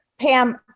Pam